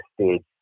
stage